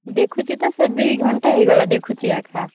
ଦେଖୁଛି ତ ସେ ଦୁଇ ଘଣ୍ଟା ହୋଇଗଲା ଦେଖୁଛି ଏକା